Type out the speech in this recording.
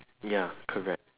ya correct